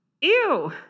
Ew